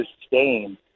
sustain